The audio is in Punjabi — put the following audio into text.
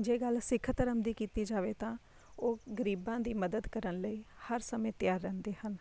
ਜੇ ਗੱਲ ਸਿੱਖ ਧਰਮ ਦੀ ਕੀਤੀ ਜਾਵੇ ਤਾਂ ਉਹ ਗਰੀਬਾਂ ਦੀ ਮਦਦ ਕਰਨ ਲਈ ਹਰ ਸਮੇਂ ਤਿਆਰ ਰਹਿੰਦੇ ਹਨ